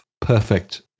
perfect